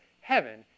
heaven